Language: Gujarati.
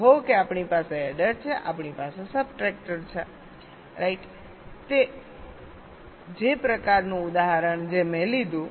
કહો કે આપણી પાસે એડર છે આપણી પાસે સબટ્રેક્ટર છે તે જ પ્રકારનું ઉદાહરણ જે મેં લીધું